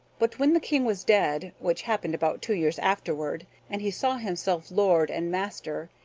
but when the king was dead, which happened about two years afterward, and he saw himself lord and master,